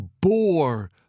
bore